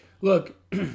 Look